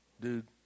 Dude